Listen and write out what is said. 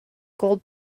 gold